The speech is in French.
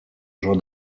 joie